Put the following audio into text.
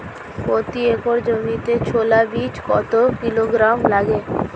প্রতি একর জমিতে ছোলা বীজ কত কিলোগ্রাম লাগে?